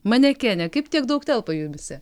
manekenė kaip tiek daug telpa jumyse